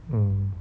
mm